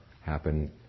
happen